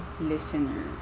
listener